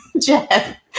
Jeff